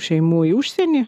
šeimų į užsienį